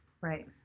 right